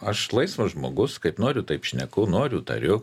aš laisvas žmogus kaip noriu taip šneku noriu tariu